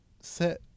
set